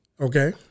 Okay